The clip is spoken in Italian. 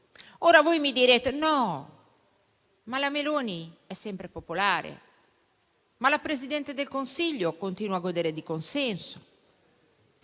Ora voi mi direte che non è così e che la Meloni è sempre popolare e che la Presidente del Consiglio continua a godere di consenso,